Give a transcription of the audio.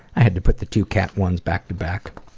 i had to put the two cat ones back to back.